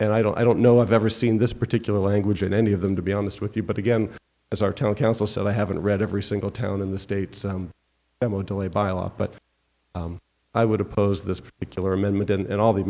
and i don't i don't know i've ever seen this particular language in any of them to be honest with you but again as our town council so i haven't read every single town in the states that were delayed by a lot but i would oppose this particular amendment and all the